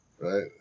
Right